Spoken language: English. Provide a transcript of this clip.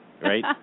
Right